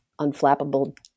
Unflappable